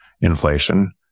inflation